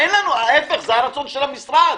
ההפך, זה הרצון של המשרד.